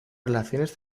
relaciones